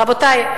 רבותי,